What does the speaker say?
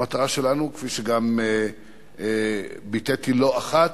כפי שגם ביטאתי לא אחת